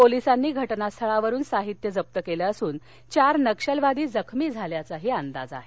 पोलिसांनी घटनास्थळावरून साहित्य जप्त केलं असून चार नक्षलवादी जखमी झाल्याचा अंदाज आहे